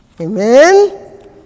Amen